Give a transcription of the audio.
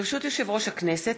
יושב-ראש הכנסת,